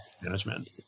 management